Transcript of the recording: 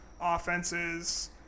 offenses